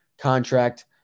contract